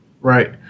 right